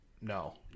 No